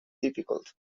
difficult